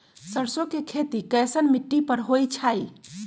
सरसों के खेती कैसन मिट्टी पर होई छाई?